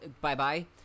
Bye-bye